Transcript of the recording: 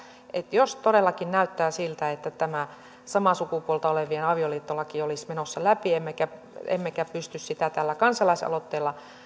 jos todellakin näyttää siltä että tämä samaa sukupuolta olevien avioliittolaki olisi menossa läpi emmekä emmekä pysty sitä tällä kansalaisaloitteella